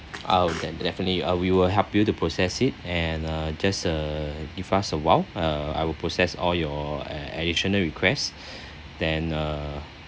I'll then definitely uh we will help you to process it and uh just uh gives us awhile uh I will process all your uh additional requests then uh